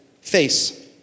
face